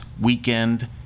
Weekend